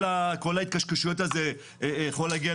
כל ההתקשקשויות יכול להגיע